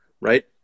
right